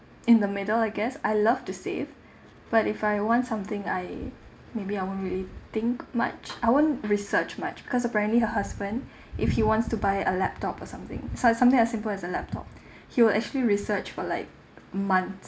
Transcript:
in the middle I guess I love to save but if I want something I maybe I won't really think much I wouldn't research much because apparently her husband if he wants to buy a laptop or something say like something as simple as a laptop he will actually research for like months